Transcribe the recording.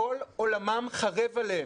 כל עולמם חרב עליהם,